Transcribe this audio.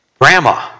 Grandma